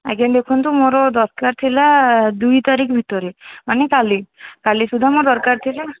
ଆଜ୍ଞା ଦେଖନ୍ତୁ ମୋର ଦରକାର୍ ଥିଲା ଦୁଇ ତାରିଖ ଭିତରେ ମାନେ କାଲି କାଲି ସୁଧା ମୋର ଦରକାର ଥିଲା